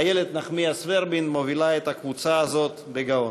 איילת נחמיאס ורבין מובילה את הקבוצה הזאת בגאון.